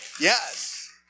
Yes